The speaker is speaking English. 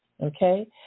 Okay